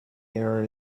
error